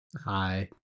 Hi